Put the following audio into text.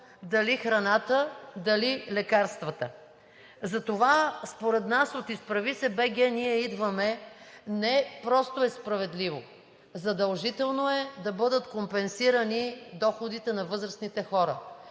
дали храната, дали лекарствата. Затова според нас от „Изправи се БГ! Ние идваме!“ не просто е справедливо, а е задължително да бъдат компенсирани доходите на възрастните хора